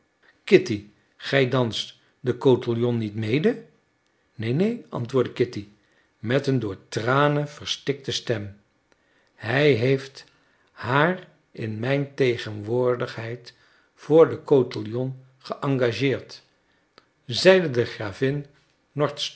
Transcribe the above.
gij danst den cotillon niet mede neen neen antwoordde kitty met een door tranen verstikte stem hij heeft haar in mijn tegenwoordigheid voor den cotillon geëngageerd zeide de gravin